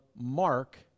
Mark